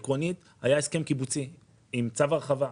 עקרונית, היה הסכם קיבוצי עם צו הרחבה.